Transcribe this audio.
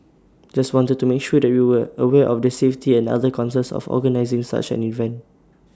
just wanted to make sure that we were aware of the safety and other concerns of organising such an event